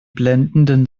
blendenden